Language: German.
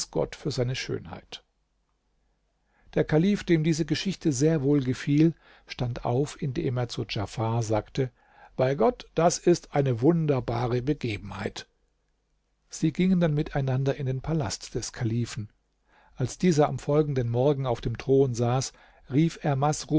gott für seine schönheit der kalif dem diese geschichte sehr wohl gefiel stand auf indem er zu djafar sagte bei gott das ist eine wunderbare begebenheit sie gingen dann miteinander in den palast des kalifen als dieser am folgenden morgen auf dem thron saß rief er